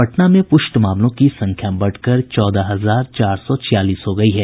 पटना में पुष्ट मामलों की संख्या बढ़कर चौदह हजार चार सौ छियालीस हो गयी है